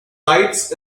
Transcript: lights